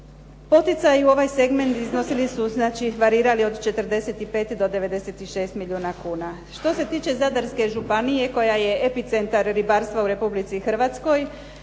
Poticaji u ovaj segment iznosili su znači, varirali od 45 do 96 milijuna kuna. Što se tiče Zadarske županije koja je epicentar ribarstva u Republici Hrvatskoj